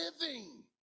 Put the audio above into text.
living